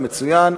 מצוין.